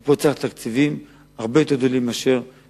כי פה צריך תקציבים הרבה יותר גדולים מהרגיל,